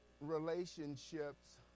relationships